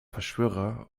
verschwörer